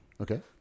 Okay